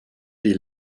die